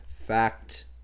fact